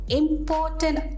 important